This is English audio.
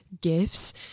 gifts